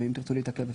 אז אם תרצו להתעכב,